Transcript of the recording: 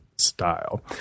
style